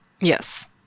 Yes